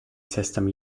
system